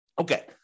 Okay